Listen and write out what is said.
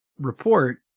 report